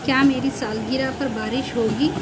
کیا میری سالگرہ پر بارش ہوگی